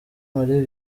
marie